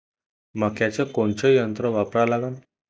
मक्याचं कोनचं यंत्र वापरा लागन?